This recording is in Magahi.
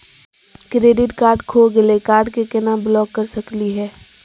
क्रेडिट कार्ड खो गैली, कार्ड क केना ब्लॉक कर सकली हे?